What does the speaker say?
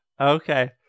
Okay